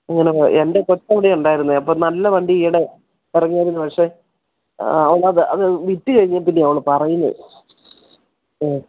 ഇങ്ങനെ എൻ്റെ തൊട്ടവിടെ ഉണ്ടായിരുന്നു അപ്പോൾ നല്ല വണ്ടി ഈയിടെ പറഞ്ഞാരുന്നു പക്ഷേ അത് വിറ്റു കഴിഞ്ഞതിൽ പിന്നെയാണ് അവൾ പറയുന്നത് ആ